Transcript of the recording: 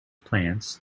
plants